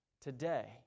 today